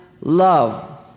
love